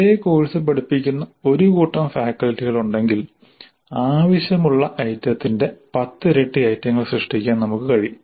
ഒരേ കോഴ്സ് പഠിപ്പിക്കുന്ന ഒരു കൂട്ടം ഫാക്കൽറ്റികളുണ്ടെങ്കിൽ ആവശ്യമുള്ള ഐറ്റത്തിന്റെ പത്തിരട്ടി ഐറ്റങ്ങൾ സൃഷ്ടിക്കാൻ നമുക്ക് കഴിയും